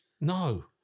No